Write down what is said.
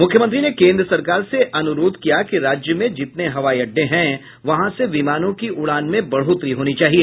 मुख्यमंत्री ने केन्द्र सरकार से अनुरोध किया कि राज्य में जितने हवाई अड्डे हैं वहां से विमानों की उड़ान में बढ़ोतरी होनी चाहिए